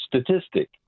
statistic